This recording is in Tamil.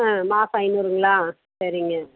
ஆ மாதம் ஐந்நூறுங்களா சரிங்க